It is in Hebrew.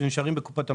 שנשארים בקופת המדינה.